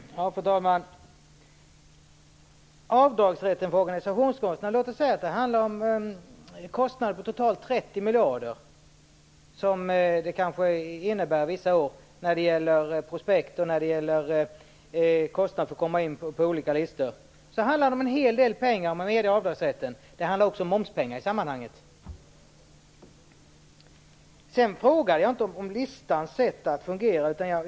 Fru talman! Låt oss säga att avdragsrätten för organisationskostnader vissa år innebär kostnader på totalt 30 miljarder. Det gäller prospekt och kostnader för att komma in på olika listor. Det handlar om en hel del pengar om man medger avdragsrätt. Det handlar också om momspengar i sammanhanget. Jag frågade inte om listornas sätt att fungera.